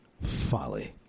folly